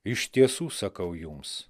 iš tiesų sakau jums